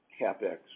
CapEx